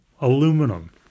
aluminum